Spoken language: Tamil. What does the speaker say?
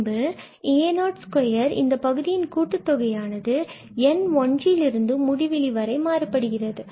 பின்பு an2 இந்தப் பகுதியின் கூட்டு தொகையானது n ஒன்றில் இருந்து முடிவிலி வரை மாறுபடுகிறது